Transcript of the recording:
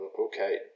Okay